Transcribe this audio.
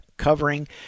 covering